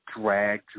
drag